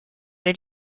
did